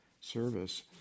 service